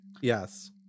Yes